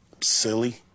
silly